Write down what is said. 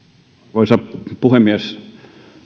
arvoisa puhemies